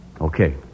Okay